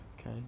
Okay